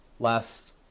last